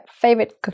favorite